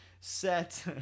set